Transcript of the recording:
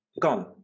gone